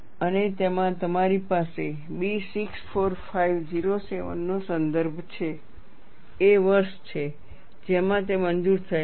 અને તેમાં તમારી પાસે B 645 07 નો સંદર્ભ છે 07 એ વર્ષ છે જેમાં તે મંજૂર થયેલ છે